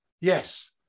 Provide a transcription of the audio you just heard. Yes